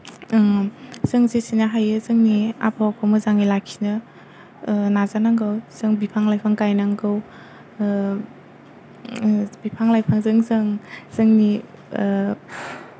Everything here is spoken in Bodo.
जों जेसेनो हायो जोंनि आबहावाखौ मोजाङै लाखिनो नाजानांगौ जों बिफां लाइफां गायनांगौ बिफां लाइफांजों जों जोंनि